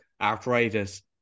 arthritis